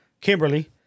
Kimberly